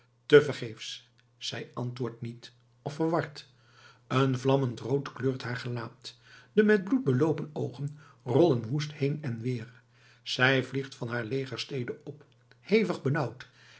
tevergeefs zij antwoordt niet of verward een vlammend rood kleurt haar gelaat de met bloed beloopen oogen rollen woest heen en weer zij vliegt van haar legerstede op hevig